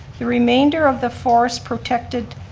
the remainder of the forest protected